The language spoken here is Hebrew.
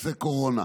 קורונה,